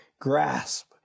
grasp